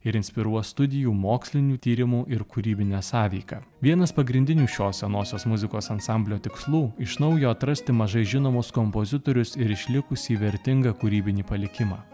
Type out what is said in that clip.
ir inspiruos studijų mokslinių tyrimų ir kūrybinę sąveiką vienas pagrindinių šios senosios muzikos ansamblio tikslų iš naujo atrasti mažai žinomus kompozitorius ir išlikusį vertingą kūrybinį palikimą